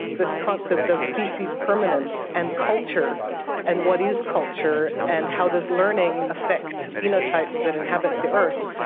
this concept of species permanence and culture and what is culture and how does learning affect phenotypes that inhabit the earth,